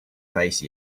face